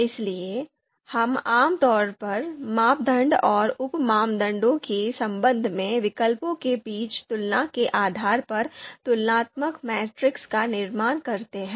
इसलिए हम आम तौर पर मापदंड और उप मानदंडों के संबंध में विकल्पों के बीच तुलना के आधार पर तुलनात्मक मैट्रिक्स का निर्माण करते हैं